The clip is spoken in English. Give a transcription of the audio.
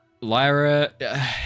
Lyra